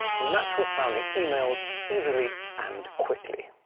natural-sounding emails easily and quickly.